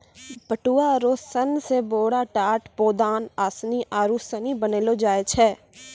पटुआ रो सन से बोरा, टाट, पौदान, आसनी आरु सनी बनैलो जाय छै